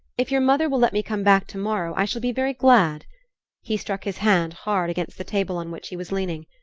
if your mother will let me come back to-morrow, i shall be very glad he struck his hand hard against the table on which he was leaning.